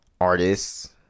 artists